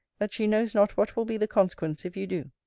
that she knows not what will be the consequence if you do.